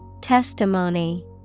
Testimony